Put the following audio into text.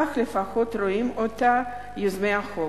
כך לפחות רואים אותה יוזמי החוק.